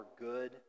good